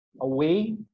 away